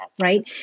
right